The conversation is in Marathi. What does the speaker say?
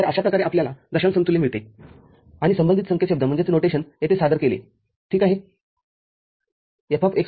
तरअशाप्रकारे आपल्याला दशांश समतुल्य मिळते आणि संबंधित संकेतशब्द येथे सादर केले ठीक आहे